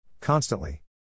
Constantly